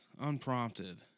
Unprompted